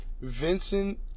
Vincent